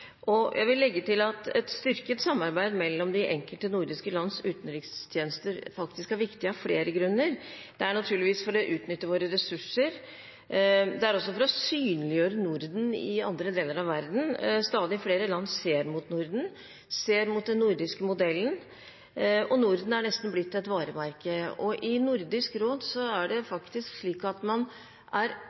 Jeg vil legge til at et styrket samarbeid mellom de enkelte nordiske lands utenrikstjenester faktisk er viktig av flere grunner. Det er naturligvis viktig for å utnytte våre ressurser, men det er også for å synliggjøre Norden i andre deler av verden. Stadig flere land ser mot Norden, ser mot den nordiske modellen, og Norden er nesten blitt et varemerke. I Nordisk råd er det faktisk slik at man er